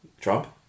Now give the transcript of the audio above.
Trump